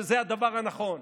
שזה הדבר הנכון.